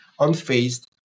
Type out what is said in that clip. unfazed